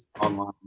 online